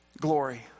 glory